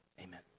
Amen